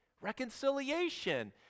Reconciliation